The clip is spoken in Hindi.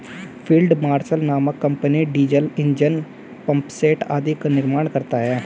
फील्ड मार्शल नामक कम्पनी डीजल ईंजन, पम्पसेट आदि का निर्माण करता है